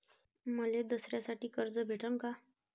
मले दसऱ्यासाठी कर्ज भेटन का?